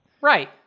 Right